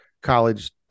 college